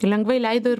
lengvai leido ir